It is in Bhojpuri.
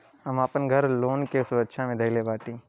हम आपन घर लोन के सुरक्षा मे धईले बाटी